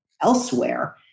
elsewhere